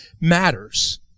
matters